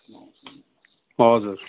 हजुर